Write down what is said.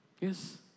Yes